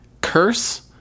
curse